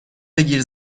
بگیر